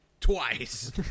twice